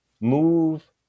move